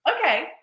Okay